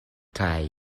kaj